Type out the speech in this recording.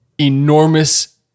enormous